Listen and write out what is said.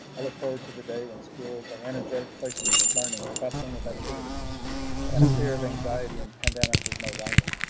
i look forward to the day when schools are energetic place. as of learning and bustling with activity and a fear of anxiety, and pandemic is no longer.